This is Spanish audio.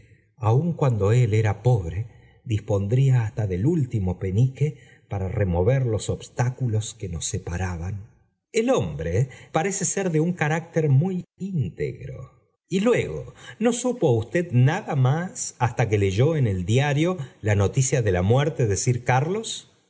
aun cuando éjíti pobre dispondría hasta del último penique para remover los obstáculos que nos separaban el hombre parece ser de un carácter muy íntegro y luego no supo usted nada hasta que ieyo en el diario la noticia de la muerte de sir carlos